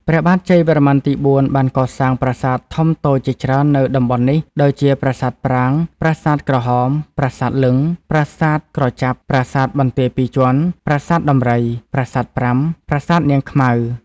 ព្រះបាទជ័យវរ្ម័នទី ៤ បានកសាងប្រាសាទធំតួចជាច្រើននៅ តំបន់នេះ ដូចជាប្រាសាទប្រាង្គ ប្រាសាទក្រហម ប្រាសាទលិង្គ ប្រាសាទក្រចាប់ ប្រាសាទបន្ទាយពីរជាន់ ប្រាសាទដំរី ប្រាសាទប្រាំ ប្រាសាទនាងខ្មៅ ។